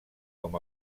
com